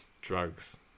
drugs